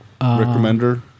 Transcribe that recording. Recommender